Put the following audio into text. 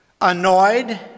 annoyed